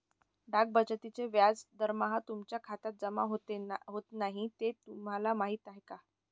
डाक बचतीचे व्याज दरमहा तुमच्या खात्यात जमा होत नाही हे तुम्हाला माहीत आहे का?